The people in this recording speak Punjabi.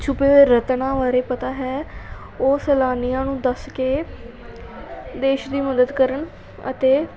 ਛੁਪੇ ਹੋਏ ਰਤਨਾਂ ਬਾਰੇ ਪਤਾ ਹੈ ਉਹ ਸੈਲਾਨੀਆਂ ਨੂੰ ਦੱਸ ਕੇ ਦੇਸ਼ ਦੀ ਮਦਦ ਕਰਨ ਅਤੇ